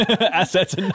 assets